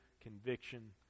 conviction